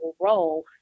role